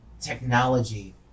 technology